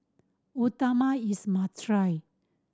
uthapam is must try